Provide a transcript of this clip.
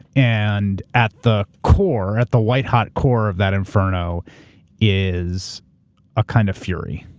and at the core, at the white hot core of that inferno is a kind of fury.